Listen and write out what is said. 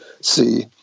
see